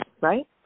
right